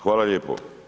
Hvala lijepo.